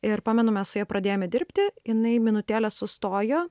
ir pamenu mes su ja pradėjome dirbti jinai minutėlę sustojo